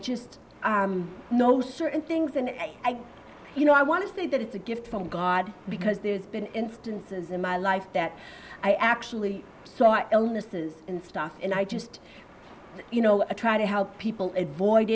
just know certain things and i you know i want to say that it's a gift from god because there's been instances in my life that i actually so i illnesses and stuff and i just you know i try to help people avoid